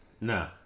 No